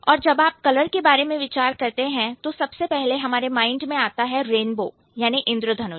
और जब आप कलर के बारे में विचार करते हैं तो सबसे पहले हमारे माइंड में आता है रेनबो इंद्रधनुष